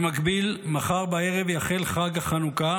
במקביל, מחר בערב יחל חג החנוכה